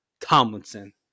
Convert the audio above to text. Tomlinson